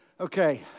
okay